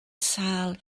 sâl